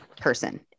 person